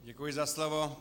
Děkuji za slovo.